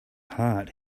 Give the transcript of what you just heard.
heart